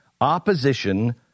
opposition